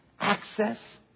access